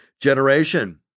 generation